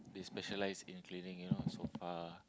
they specialise in cleaning you know sofa